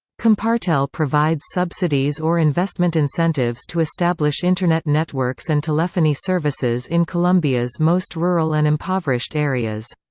compartel provides subsidies or investment incentives to establish internet networks and telephony services in colombia's most rural and impoverished areas.